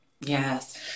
Yes